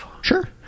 Sure